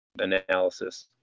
analysis